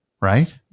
Right